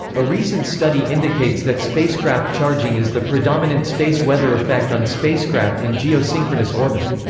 a recent study indicates that spacecraft charging is the predominant space weather effect on spacecraft in geosynchronous orbit.